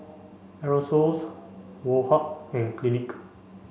Aerosoles Woh Hup and Clinique